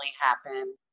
happen